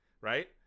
Right